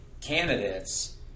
candidates